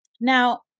Now